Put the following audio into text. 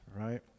right